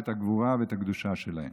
הגבורה והקדושה שלהם.